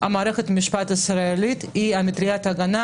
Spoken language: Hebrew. מערכת המשפט הישראלית היא מטריית הגנה